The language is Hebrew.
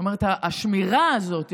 השמירה הזאת,